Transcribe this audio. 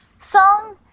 song